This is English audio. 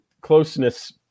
closeness